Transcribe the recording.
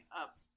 up